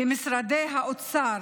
במשרדי האוצר,